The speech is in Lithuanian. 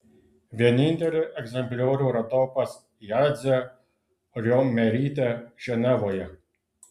vienintelį egzempliorių radau pas jadzią riomerytę ženevoje